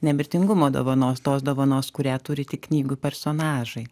nemirtingumo dovanos tos dovanos kurią turi tik knygų personažai